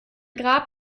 grab